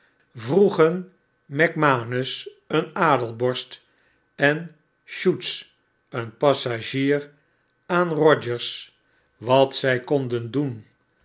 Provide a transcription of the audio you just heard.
vroegen macmanus een adelborst en schutz een passagier aan rogers wat zy konden doen